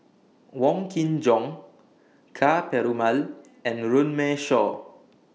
Wong Kin Jong Ka Perumal and Runme Shaw